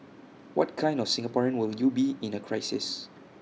what kind of Singaporean will you be in A crisis